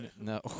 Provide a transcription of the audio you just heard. No